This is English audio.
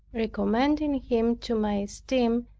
recommending him to my esteem,